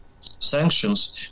Sanctions